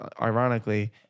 ironically